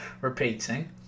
repeating